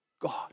God